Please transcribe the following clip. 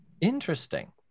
interesting